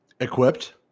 Equipped